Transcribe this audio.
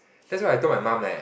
that's what I told my mum leh